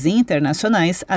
internacionais